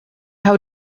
hou